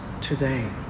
today